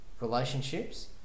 relationships